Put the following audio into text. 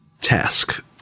task